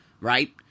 right